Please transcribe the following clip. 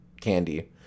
candy